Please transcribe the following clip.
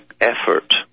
effort